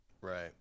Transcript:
Right